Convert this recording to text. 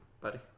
buddy